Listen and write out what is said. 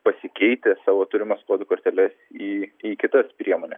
pasikeitę savo turimas kodų korteles į į kitas priemones